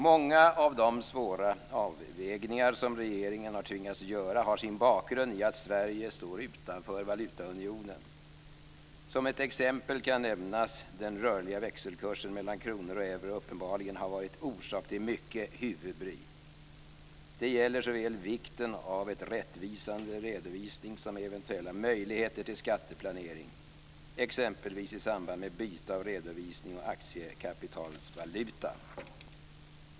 Många av de svåra avvägningar som regeringen har tvingats göra har sin bakgrund i att Sverige står utanför valutaunionen. Som ett exempel kan nämnas att den rörliga växelkursen mellan kronor och euro uppenbarligen har varit orsak till mycket huvudbry. Detta gäller såväl vikten av en rättvisande redovisning som eventuella möjligheter till skatteplanering, exempelvis i samband med byte av redovisnings och aktiekapitalsvaluta.